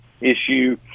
issue